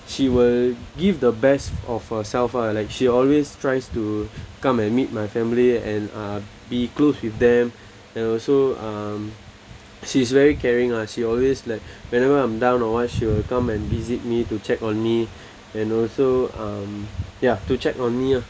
she will give the best of her self lah like she always tries to come and meet my family and uh be close with them and also um she's very caring lah she always like whenever I'm down or what she will come and visit me to check on me and also um ya to check on me ah